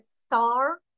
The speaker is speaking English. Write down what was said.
star